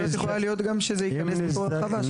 יכולה להיות גם שזה ייכנס כהרחבה של זה.